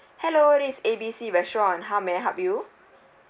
hello is A B C restaurant how may I help you